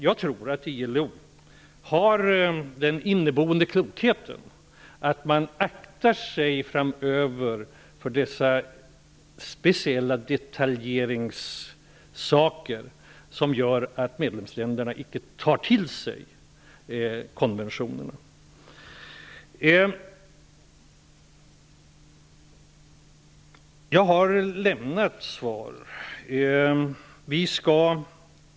Jag tror att ILO har den inneboende klokheten att man framöver skall akta sig för detaljer som gör att medlemsländerna icke tar till sig konventionerna. Jag har lämnat svar.